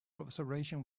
observation